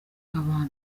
abantu